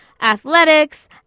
athletics